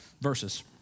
verses